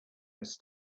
his